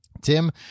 Tim